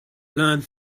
learned